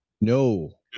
No